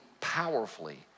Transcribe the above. powerfully